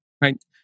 right